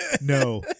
No